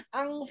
ang